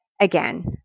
again